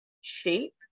shape